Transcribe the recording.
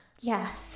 Yes